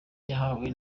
yahawe